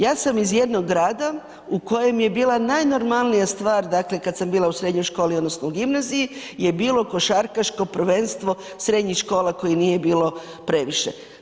Ja sam iz jednog grada u kojem je bila najnormalnija stvar, dakle kada sam bila u srednjoj školi odnosno u gimnaziji je bilo košarkaško prvenstvo srednjih škola koje nije bilo previše.